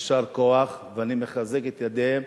יישר כוח ואני מחזק את ידיהם.